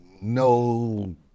no